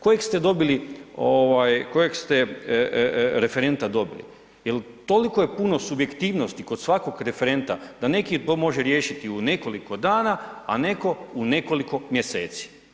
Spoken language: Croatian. Kojeg ste dobili, kojeg ste referenta dobili jer toliko je puno subjektivnosti kod svakog referenta da neki to može riješiti u nekoliko dana, a neko u nekoliko mjeseci.